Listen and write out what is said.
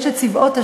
"צבאות ה'"